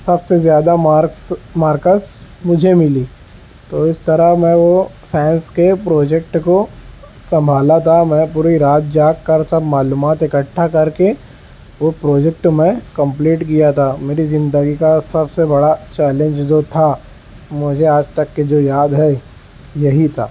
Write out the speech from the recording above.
سب سے زیادہ marks marks مجھے ملی تو اس طرح میں وہ سائنس کے پروجیکٹ کو سنبھالا تھا میں پوری رات جاگ کر سب معلومات اکٹھا کر کے وہ پروجیکٹ میں کمپلیٹ کیا تھا میری زندگی کا سب سے بڑا چیلینج جو تھا مجھے آج تک کہ جو یاد ہے یہی تھا